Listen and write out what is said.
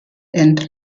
and